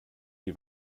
die